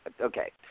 okay